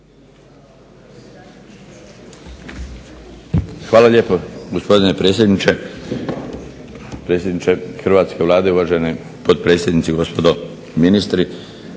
Hvala lijepo gospodine predsjedniče. Predsjedniče hrvatske Vlade, potpredsjednici, gospodo ministri.